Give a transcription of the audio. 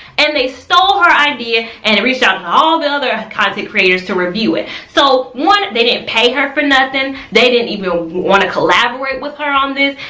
and they stole her idea and reached out all the other content creators to review it. so one they didn't pay her for nothing. they didn't even want to collaborate with her on this.